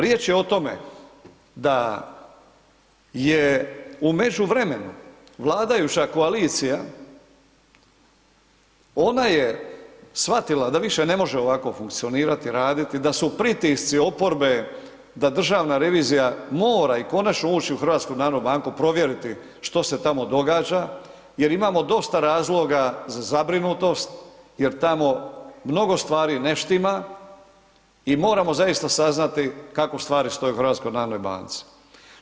Riječ je o tome da je u međuvremenu vladajuća koalicija, ona je shvatila da više ne može ovako funkcionirati, raditi, da su pritisci oporbe, da Državna revizija mora i konačno ući u HNB, provjeriti što se tamo događa, jer imamo dosta razloga za zabrinutost jer tamo mnogo stvari ne štima i moramo zaista saznati kako stvari stoje u HNB-u.